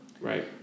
Right